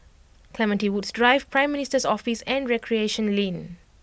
Clementi Woods Drive Prime Minister's Office and Recreation Lane